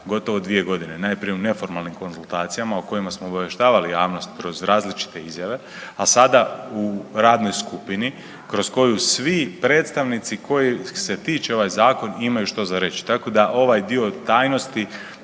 gotovo 2 godine. Najprije u neformalnim konzultacijama o kojima smo obavještavali javnost kroz različite izjave, a sada u radnoj skupinu kroz koju svi predstavnici kojih se tiče ovaj zakon imaju što za reći. Tako da ovaj dio tajnosti